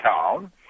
town